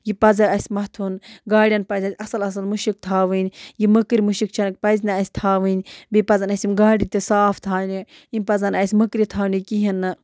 یہِ پَزِ اَسہِ مَتھُن گاڑٮ۪ن پَزِ اَسہِ اَصٕل اَصٕل مُشک تھاوٕنۍ یہِ مٔکٕرۍ مُشِک چھَنہٕ پَزِ نہٕ اَسہِ تھاوٕنۍ بیٚیہِ پَزَن اَسہِ یِم گاڑِ تہِ صاف تھاونہِ یِم پَزَن اَسہِ مٔکرِ تھاونہِ کِہیٖنۍ نہٕ